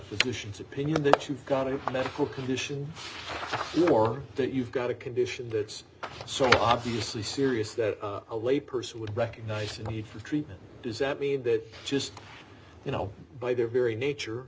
physician's opinion that you've got a medical condition or that you've got a condition that's so obviously serious that a layperson would recognize a need for treatment does that mean that just you know by their very nature